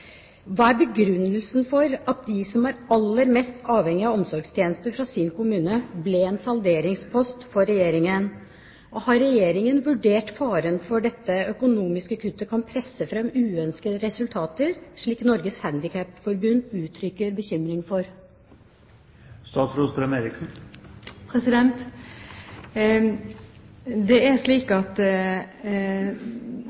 Hva er begrunnelsen for at de som er aller mest avhengig av omsorgstjenester fra sin kommune, ble en salderingspost for Regjeringen? Og har Regjeringen vurdert faren for at dette økonomiske kuttet kan presse fram uønskede resultater, slik Norges Handikapforbund uttrykker bekymring for?